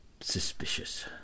suspicious